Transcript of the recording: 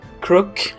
crook